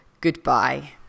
goodbye